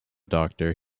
doctor